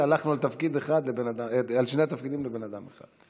הלכנו על שני תפקידים לבן אדם אחד.